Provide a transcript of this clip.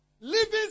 Living